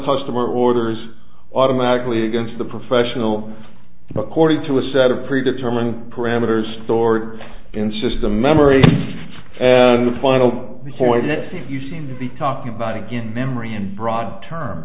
customer orders automatically against the professional according to a set of pre determined parameters stored in system memory and the final point nancy you seem to be talking about a good memory in broad term